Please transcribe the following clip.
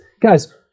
Guys